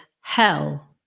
Hell